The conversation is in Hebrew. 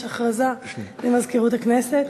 יש הודעה למזכירות הכנסת.